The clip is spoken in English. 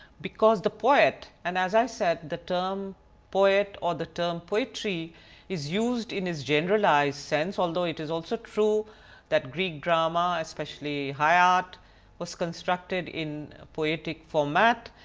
because the poet and as i said the term poet or the term poetry is used in its generalized sense although it is also true that greek drama especially high art was constructed in poetic format,